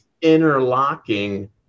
interlocking